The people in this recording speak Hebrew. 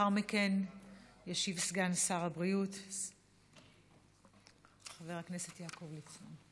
לאחר מכן ישיב סגן שר הבריאות חבר הכנסת יעקב ליצמן.